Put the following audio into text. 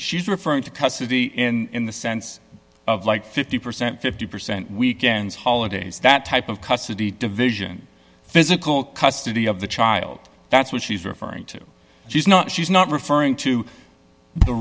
she's referring to custody in the sense of like fifty percent fifty percent weekends holidays that type of custody division physical custody of the child that's what she's referring to she's not she's not referring to the